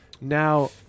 now